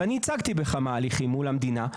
ואני ייצגתי בכמה הליכים מול המדינה.